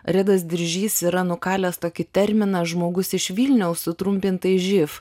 redas diržys yra nukalęs tokį terminą žmogus iš vilniaus sutrumpintai živ